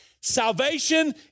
salvation